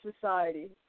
society